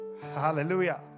Hallelujah